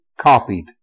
copied